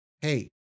hey